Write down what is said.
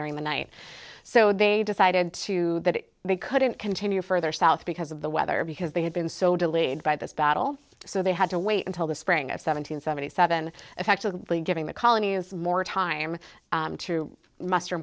during the night so they decided to that they couldn't continue further south because of the weather because they had been so delayed by this battle so they had to wait until the spring of seven hundred seventy seven effectively giving the colonies more time